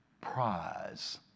prize